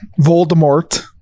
Voldemort